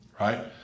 right